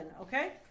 okay